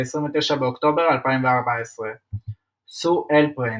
29 באוקטובר 2014 סו הלפרן,